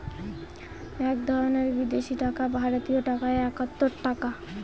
এক ধরনের বিদেশি টাকা ভারতীয় টাকায় একাত্তর টাকা